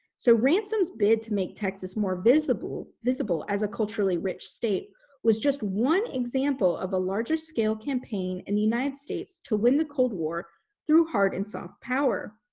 so ransom's bid to make texas more visible visible as a culturally rich state was just one example of a larger scale campaign in the united states to win the cold war through hard and soft power.